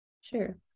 Sure